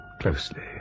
Closely